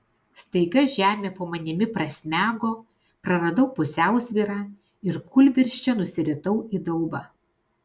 staiga žemė po manimi prasmego praradau pusiausvyrą ir kūlvirsčia nusiritau į daubą